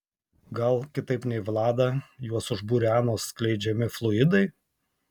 gal kitaip nei vladą juos užbūrė anos skleidžiami fluidai